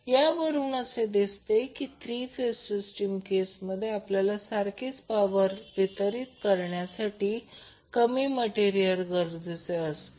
यावरून असे दिसते की थ्री फेज सिस्टीम केसमध्ये आपल्याला सारखीच पॉवर वितरित करण्यासाठी कमी मटेरियल गरजेचे असते